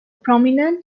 prominent